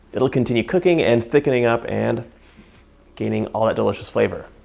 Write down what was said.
it'll continue cooking and thickening up and gaining all that delicious flavor.